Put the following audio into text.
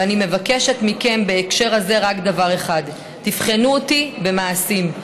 ואני מבקשת מכם בהקשר הזה רק דבר אחד: תבחנו אותי במעשים.